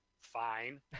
fine